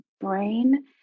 brain